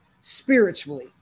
spiritually